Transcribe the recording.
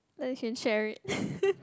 then you can share it